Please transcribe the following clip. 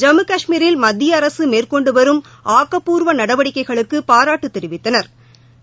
ஜம்மு கஷ்மீரில் மத்திய அரசு மேற்கொண்டு ஆக்கப்பூர்வ நடவடிக்கைகளுக்கு பாராட்டு தெரிவித்தனா்